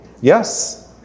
Yes